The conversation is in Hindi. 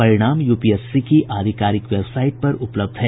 परिणाम यूपीएससी की आधिकारिक वेबसाइट पर उपलब्ध है